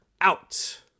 out